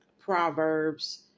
Proverbs